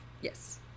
Yes